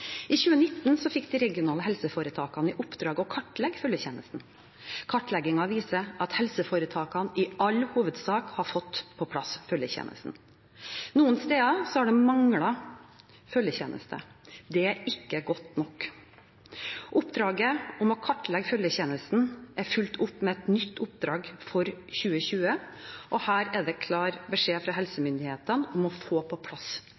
I 2019 fikk de regionale helseforetakene i oppdrag å kartlegge følgetjenesten. Kartleggingen viser at helseforetakene i all hovedsak har fått på plass følgetjenesten. Noen steder har det manglet følgetjeneste. Det er ikke godt nok. Oppdraget med å kartlegge følgetjenesten er fulgt opp med et nytt oppdrag for 2020. Her er det klar beskjed fra helsemyndighetene om å få på plass